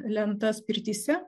lentas pirtyse